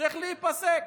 צריך להיפסק.